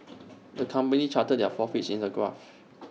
the company charted their profits in A graph